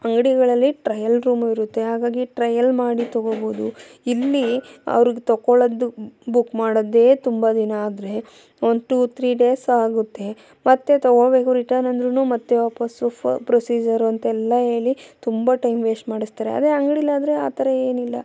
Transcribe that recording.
ಅಂಗಡಿಗಳಲ್ಲಿ trial room ಇರುತ್ತೆ ಹಾಗಾಗಿ ಟ್ರಯಲ್ ಮಾಡಿ ತಗೊಳ್ಬೋದು ಇಲ್ಲಿ ಅವ್ರಿಗೆ ತಗೊಳ್ಳೋದು ಬುಕ್ ಮಾಡೊದೇ ತುಂಬ ದಿನ ಆದರೆ ಒಂದು ಟು ತ್ರೀ ಡೇಸ್ ಆಗುತ್ತೆ ಮತ್ತೆ ತಗೊಳ್ಬೇಕು ರಿಟನ್ ಅಂದರೂ ಮತ್ತೆ ವಾಪಾಸ್ಸು ಪ್ರೊಸಿಜರು ಅಂತೆಲ್ಲ ಹೇಳಿ ತುಂಬ ಟೈಮ್ ವೇಶ್ಟ್ ಮಾಡಿಸ್ತಾರೆ ಅದೇ ಅಂಗ್ಡಿಲ್ಲಾದರೆ ಆ ಥರ ಏನಿಲ್ಲ